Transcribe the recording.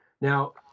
Now